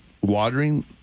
watering